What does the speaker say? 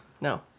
No